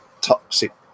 toxic